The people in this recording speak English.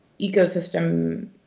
ecosystem